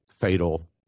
fatal